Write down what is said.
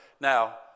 Now